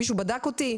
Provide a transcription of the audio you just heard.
מישהו בדק אותי?